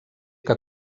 que